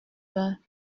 fin